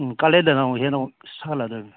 ꯎꯝ ꯀꯥꯂꯦꯟꯗꯅ ꯑꯃꯨꯛ ꯍꯦꯟꯅꯃꯨꯛ ꯁꯥꯒꯠꯂꯛꯑꯥꯗꯕꯅꯤ